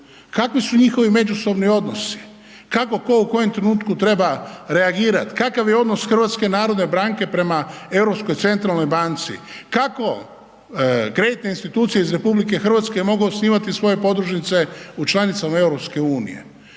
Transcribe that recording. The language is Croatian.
Kakvi su njihovi međusobni odnosi, kako tko u kojem trenutku treba reagirati, kakav je odnos HNB-a prema Europskoj centralnoj banci? Kako kreditne institucije iz RH mogu osnivati svoje podružnice u članicama EU?